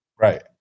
right